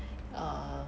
err